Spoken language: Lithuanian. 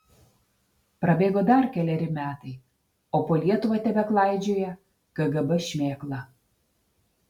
prabėgo dar keleri metai o po lietuvą tebeklaidžioja kgb šmėkla